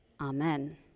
Amen